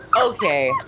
Okay